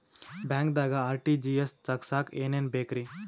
ಬ್ಯಾಂಕ್ದಾಗ ಆರ್.ಟಿ.ಜಿ.ಎಸ್ ತಗ್ಸಾಕ್ ಏನೇನ್ ಬೇಕ್ರಿ?